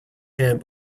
hand